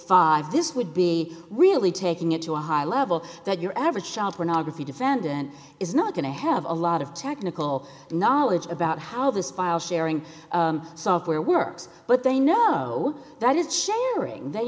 five this would be really taking it to a high level that your average child pornography defendant is not going to have a lot of technical knowledge about how this file sharing software works but they know that is sharing they